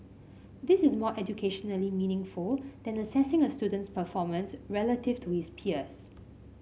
this is more educationally meaningful than assessing a student's performance relative to his peers